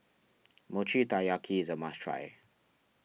Mochi Taiyaki is a must try